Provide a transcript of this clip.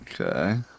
Okay